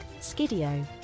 Skidio